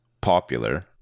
popular